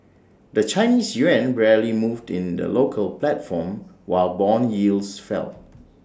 the Chinese Yuan barely moved in the local platform while Bond yields fell